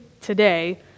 today